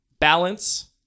Balance